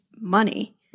money